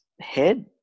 head